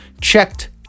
checked